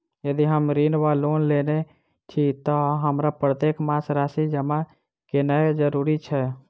यदि हम ऋण वा लोन लेने छी तऽ हमरा प्रत्येक मास राशि जमा केनैय जरूरी छै?